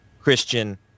Christian